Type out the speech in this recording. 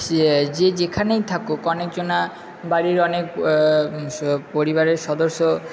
যে যেখানেই থাকুক অনেক জনা বাড়ির অনেক পরিবারের সদস্য